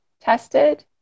tested